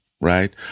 right